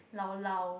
llao-llao